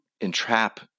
entrap